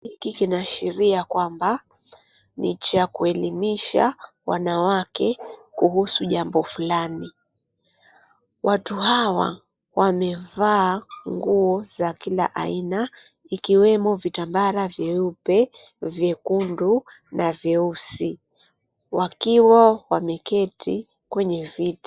Hiki kinaashiria kwamba ni cha kuelimisha wanawake kuhusu jambo fulani. Watu hawa wamevaa nguo za kila aina ikiwemo vitambara vyeupe, vyekundu na vyeusi, wakiwa wameketi kwenye viti.